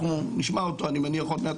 אנחנו נשמע אותו אני מניח עוד מעט,